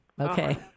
Okay